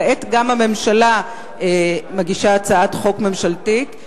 כעת גם הממשלה מגישה הצעת חוק ממשלתית.